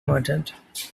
merchant